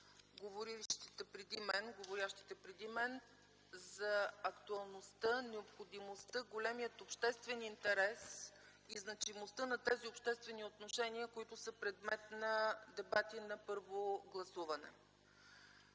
говорилите преди мен за актуалността, необходимостта, големият обществен интерес и значимостта на тези обществени отношения, които са предмет на дебати на първо гласуване.